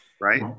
Right